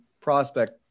prospect